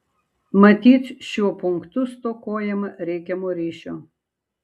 matyt šiuo punktu stokojama reikiamo ryšio